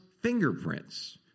fingerprints